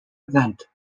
event